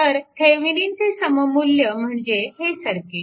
तर थेविनिनचे सममुल्य म्हणजे हे सर्किट